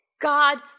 God